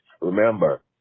Remember